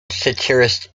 satirist